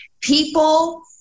People